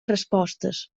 respostes